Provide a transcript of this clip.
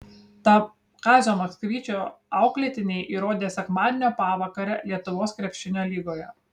tą kazio maksvyčio auklėtiniai įrodė sekmadienio pavakarę lietuvos krepšinio lygoje